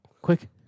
Quick